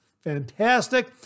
fantastic